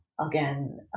again